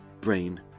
brain